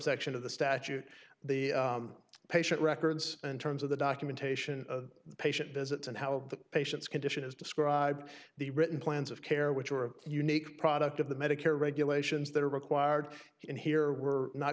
subsection of the statute the patient records in terms of the documentation the patient visits and how the patient's condition is described the written plans of care which were of unique product of the medicare regulations that are required in here were not